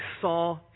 saw